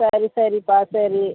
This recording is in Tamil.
சரி சரிப்பா சரி